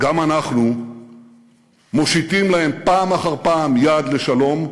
גם אנחנו מושיטים להם פעם אחר פעם יד לשלום,